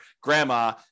grandma